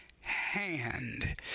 hand